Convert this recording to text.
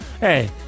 hey